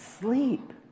sleep